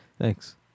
Thanks